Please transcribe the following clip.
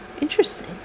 interesting